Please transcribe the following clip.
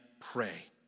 pray